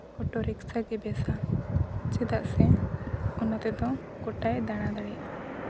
ᱚᱴᱚ ᱨᱤᱠᱥᱟ ᱜᱮ ᱵᱮᱥᱼᱟ ᱪᱮᱫᱟᱜ ᱥᱮ ᱚᱱᱟ ᱛᱮᱫᱚ ᱜᱳᱴᱟᱭ ᱫᱟᱬᱟ ᱫᱟᱲᱮᱭᱟᱜᱼᱟ